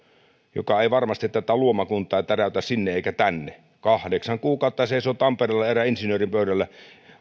mikä ei varmasti tätä luomakuntaa täräytä sinne eikä tänne kahdeksan kuukautta seisoivat tampereella erään insinöörin pöydällä